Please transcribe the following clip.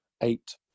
eight